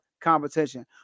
competition